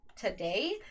today